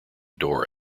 door